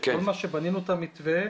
שכל מה שבנינו במתווה,